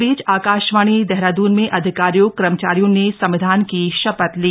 इस बीच आकाशवाणी देहरादून में अधिकारियों कर्मचारियों ने संविधान की शपथ ली